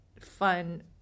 fun